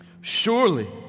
Surely